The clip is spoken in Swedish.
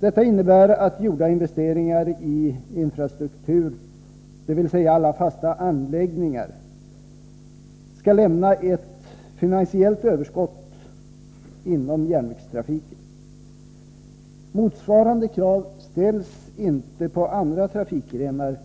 Detta innebär att gjorda investeringar i infrastruktur, dvs. alla fasta anläggningar, skall lämna ett finansiellt överskott inom järnvägstrafiken. Motsvarande krav ställs inte på andra trafikgrenar,